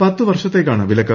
പത്ത് വർഷത്തേക്കാണ് വിലക്ക്